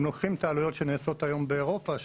אם לוקחים את העלויות שנעשות היום באירופה,